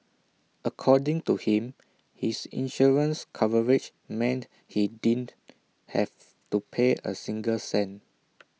according to him his insurance coverage meant he didn't have to pay A single cent